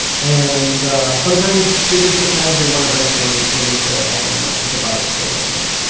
and sometimes, they just decided they want to bring someone in to help them out with the project that they're working on.